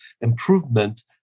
improvement